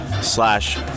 slash